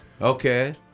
Okay